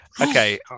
Okay